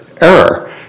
error